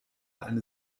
eine